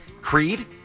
Creed